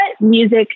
music